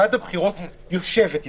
ועדת הבחירות יושבת אתכם,